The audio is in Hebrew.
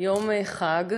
יום חג,